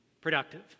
productive